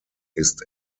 ist